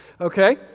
okay